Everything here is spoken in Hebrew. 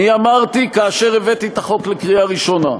אני אמרתי, כאשר הבאתי את החוק לקריאה ראשונה,